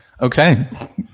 Okay